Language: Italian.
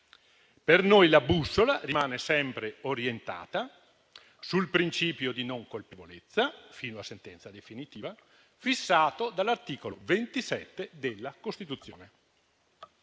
Per noi la bussola rimane sempre orientata sul principio di non colpevolezza fino a sentenza definitiva, fissato dall'articolo 27 della Costituzione.